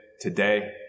today